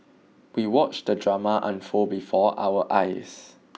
we watched the drama unfold before our eyes